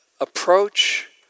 approach